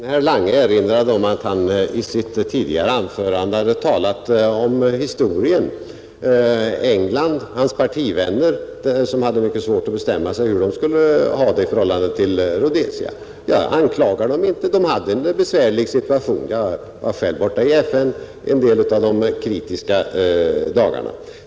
Herr talman! Herr Lange erinrade om att han i sitt tidigare anförande hade talat om historien, om sina engelska partivänner som hade mycket svårt att bestämma sig för hur de skulle ha det i förhållande till Rhodesia. Jag anklagar dem inte eftersom de hade en besvärlig situation. Jag var själv borta i FN under några av de kritiska dagarna.